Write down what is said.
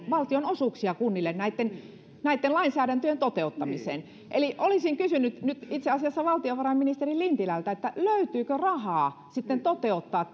valtionosuuksia kunnille näitten näitten lainsäädäntöjen toteuttamiseen eli olisin kysynyt nyt itse asiassa valtiovarainministeri lintilältä löytyykö rahaa toteuttaa